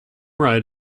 right